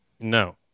No